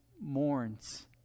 mourns